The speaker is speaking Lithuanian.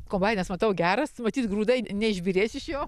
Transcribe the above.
kombainas matau geras matyt grūdai neišbyrės iš jo